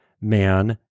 man